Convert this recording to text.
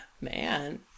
Man